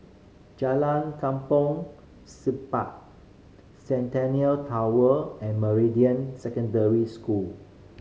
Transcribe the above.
Jalan Kampong Siglap Centennial Tower and Meridian Secondary School